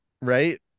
Right